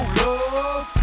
love